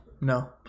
no